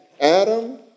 Adam